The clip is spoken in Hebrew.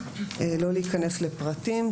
לא להיכנס לפרטים,